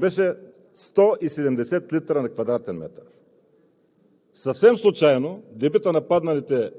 дебитът на валежите на квадратен метър беше 170 литра на квадратен метър. Съвсем случайно дебитът на падналите